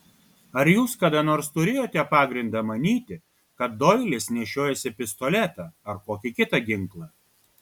ar jūs kada nors turėjote pagrindą manyti kad doilis nešiojasi pistoletą ar kokį kitą ginklą